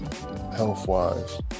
health-wise